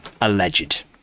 alleged